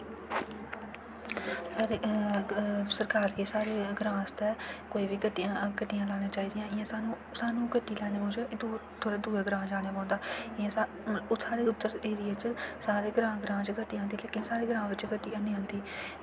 सरकार गी साढ़े ग्रां आस्तै कोई बी गड्डियां लाना चाहि दियां इ'यां सानूं सानूं गड्डी लैनै आस्तै दूर ग्रां जाना पौंदा उद्धर दे एरियै च सारे ग्रां ग्रां च गड्डियां आंदियां लेकिन साढ़े ग्रां बिच्च गड्डी हैन्नी आंदी